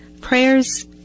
prayers